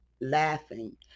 laughing